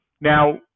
Now